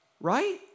right